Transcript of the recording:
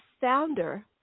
founder